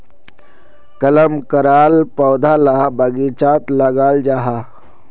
कलम कराल पौधा ला बगिचात लगाल जाहा